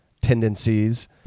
tendencies